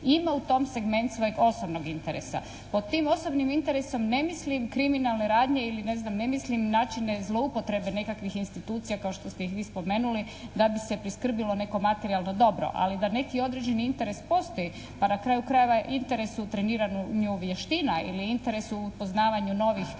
ima u tom segmentu svojeg osobnog interesa. Pod tim osobnim interesom ne mislim kriminalne radnje ili ne znam ne mislim načine zloupotrebe nekakvih institucija kao što ste ih vi spomenuli da bi se priskrbilo neko materijalno dobro ali da neki određeni interes postoji, pa na kraju krajeva interes u treniranju vještina ili interes u poznavanju novih